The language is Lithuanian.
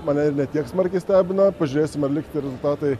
mane ne tiek smarkiai stebina pažiūrėsim ar liks tie rezultatai